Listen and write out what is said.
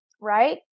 right